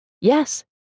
Yes